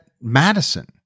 Madison